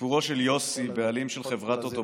סיפורו של יוסי, בעלים של חברת אוטובוסים.